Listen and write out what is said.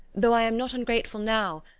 though i am not ungrateful now,